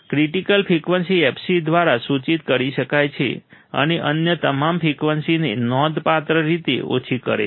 critical frequency fc દ્વારા સૂચિત કરી શકાય છે અને અન્ય તમામ ફ્રિકવન્સીને નોંધપાત્ર રીતે ઓછી કરે છે